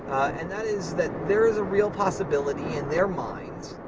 and that is that there is a real possibility in their minds,